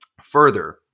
further